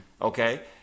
okay